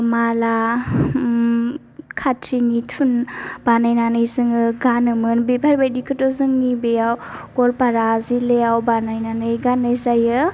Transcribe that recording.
माला खाथिनि थुन बानायनानै जोङो गानोमोन बेफोरबायदिखौथ' जोंनि बेयाव गलपारा जिल्लायाव बानायनानै गाननाय जायो